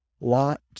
lot